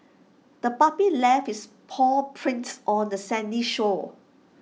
the puppy left its paw prints on the sandy shore